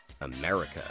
America